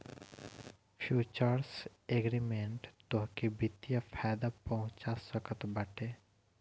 futures agreement तोहके वित्तीय फायदा पहुंचा सकत बाटे